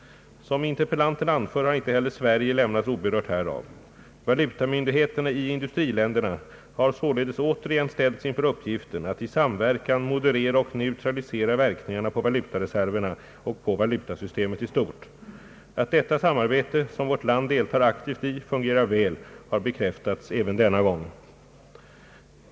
Sem interpellanten anför har inte heller Sverige lämnats oberört härav. Valutamyndigheterna i industriländerna har således återigen ställts inför uppgiften att i samverkan moderera och neutralisera verkningarna på valutareserverna och på valutasystemet i stort. Att detta samarbete, som vårt land deltar aktivt i, fungerar väl, har bekräftats även denna gång.